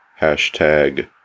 hashtag